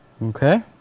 Okay